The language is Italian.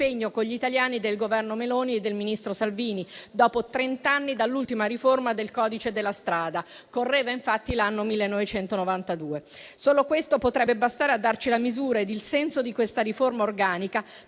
con gli italiani del Governo Meloni e del ministro Salvini, dopo trent'anni dall'ultima riforma del codice della strada. Correva infatti l'anno 1992. Solo questo potrebbe bastare a darci la misura ed il senso di questa riforma organica